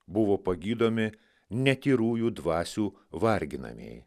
buvo pagydomi netyrųjų dvasių varginamieji